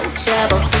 trouble